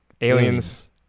Aliens